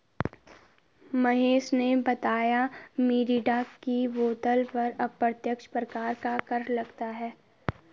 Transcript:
महेश ने बताया मिरिंडा की बोतल पर अप्रत्यक्ष प्रकार का कर लगता है